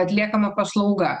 atliekama paslauga